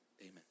Amen